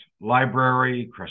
Library